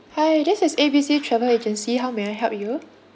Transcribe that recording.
hi this is A B C travel agency how may I help you